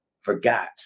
Forgot